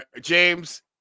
James